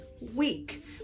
week